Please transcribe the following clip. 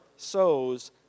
sows